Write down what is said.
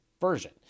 version